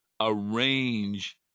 arrange